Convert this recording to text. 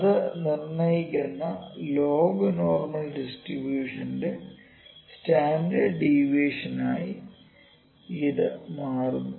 അത് നിർണ്ണയിക്കുന്ന log normal ഡിസ്ട്രിബൂഷന്റെ സ്റ്റാൻഡേർഡ് ഡീവിയേഷനായി ഇത് മാറുന്നു